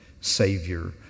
Savior